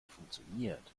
funktioniert